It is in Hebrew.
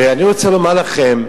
ואני רוצה לומר לכם: